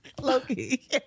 Loki